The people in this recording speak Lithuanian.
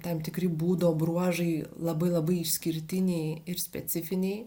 tam tikri būdo bruožai labai labai išskirtiniai ir specifiniai